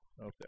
okay